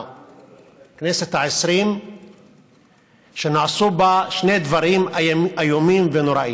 הכנסת העשרים שנעשו בה שני דברים איומים ונוראים: